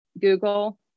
Google